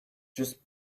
just